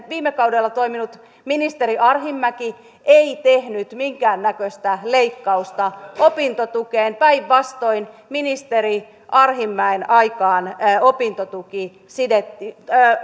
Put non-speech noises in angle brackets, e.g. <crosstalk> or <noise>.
<unintelligible> viime kaudella toiminut ministeri arhinmäki ei tehnyt minkäännäköistä leikkausta opintotukeen päinvastoin ministeri arhinmäen aikaan opintotuki sidottiin